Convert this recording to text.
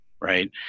right